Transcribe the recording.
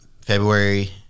February